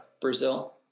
Brazil